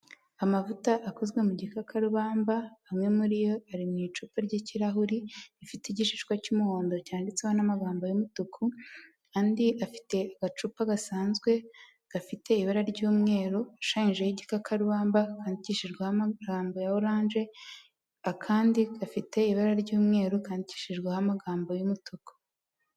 Amavuta akozwe mu gikakarubamba, amwe muri yo ari mu icupa ry'ikirahuri, rifite igishishwa cy'umuhondo cyanditseho n'amagambo y'umutuku. Andi afite agacupa gasanzwe gafite ibara ry'umweru ashushanyijeho igikakarubamba, kandikishijweho amagambo ya orange, akandi gafite ibara ry'umweru kandikishijweho amagambo y'umutuku.